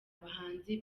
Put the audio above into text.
abahanzi